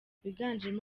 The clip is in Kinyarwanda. biganjemo